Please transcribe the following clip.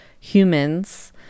humans